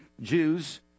Jews